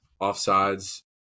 offsides